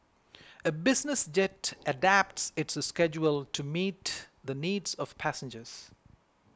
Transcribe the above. a business jet adapts its schedule to meet the needs of passengers